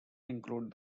include